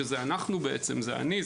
שזה אנחנו בעצם: אני,